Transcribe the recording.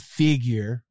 figure